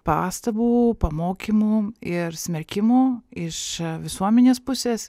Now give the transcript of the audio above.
pastabų pamokymų ir smerkimo iš visuomenės pusės